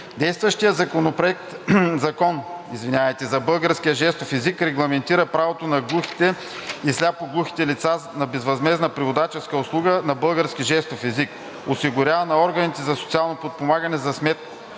Действащият Закон за българския жестов език регламентира правото на глухите и сляпо-глухите лица на безвъзмездна преводаческа услуга на български жестов език, осигурявана от органите за социално подпомагане за сметка